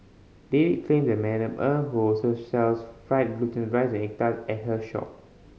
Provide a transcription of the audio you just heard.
David claims that Madam Eng who also sells fried rice and egg tart at her shop